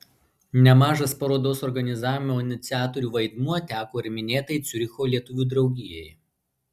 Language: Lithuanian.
nemažas parodos organizavimo iniciatorių vaidmuo teko ir minėtai ciuricho lietuvių draugijai